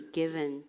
given